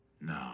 No